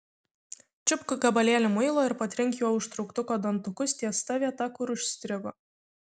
čiupk gabalėlį muilo ir patrink juo užtrauktuko dantukus ties ta vieta kur užstrigo